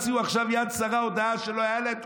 הוציאו עכשיו יד שרה הודעה שלא הייתה להם